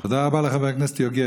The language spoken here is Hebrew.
תודה לחבר הכנסת יוגב.